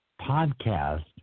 podcast